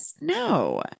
No